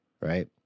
right